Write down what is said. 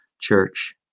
church